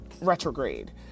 retrograde